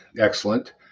Excellent